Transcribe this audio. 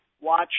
watch